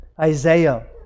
Isaiah